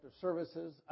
services